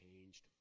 changed